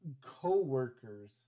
co-workers